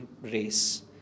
race